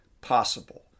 possible